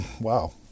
Wow